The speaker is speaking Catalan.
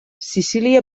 sicília